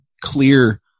clear